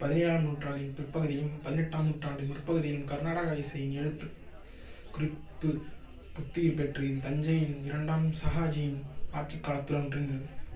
பதினேழாம் நூற்றாண்டின் பிற்பகுதியும் பதினெட்டாம் நூற்றாண்டின் முற்பகுதியிலும் கர்நாடகா இசையின் எழுத்துக் குறிப்பு புத்துயிர் பெற்று இது தஞ்சையின் இரண்டாம் ஷாஹாஜியின் ஆட்சிக் காலத்துடன் ஒன்றிணைந்தது